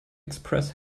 express